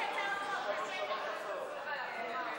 ההצעה להפוך את הצעת חוק לימוד חובה (תיקון,